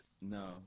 No